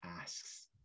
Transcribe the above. asks